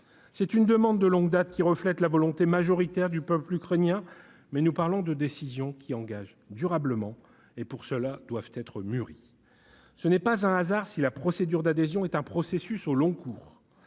cette demande reflète la volonté majoritaire du peuple ukrainien ; mais nous parlons de décisions qui engagent durablement et qui, de ce fait, doivent être mûries. Ce n'est pas un hasard si la procédure d'adhésion est un processus au long cours